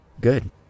Good